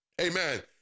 amen